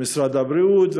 משרד הבריאות,